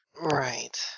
Right